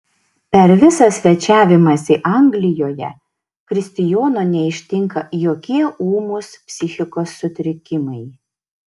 per visą svečiavimąsi anglijoje kristijono neištinka jokie ūmūs psichikos sutrikimai